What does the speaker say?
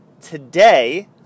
today